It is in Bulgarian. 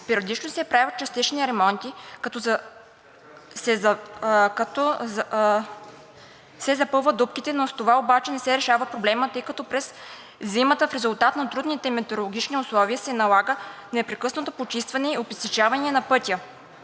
Периодично се правят частични ремонти, като се запълват дупките, но с това обаче не се решава проблемът, тъй като през зимата в резултат на трудните метеорологични условия се налага непрекъснато почистване и опесъчаване на пътя